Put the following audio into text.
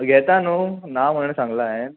घेता न्हू ना म्हण सांगलां हांवें